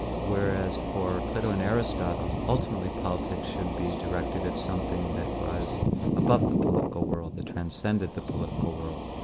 whereas for plato and aristotle, ultimately politics should be directed at something that was above the political world, that transcended the political world.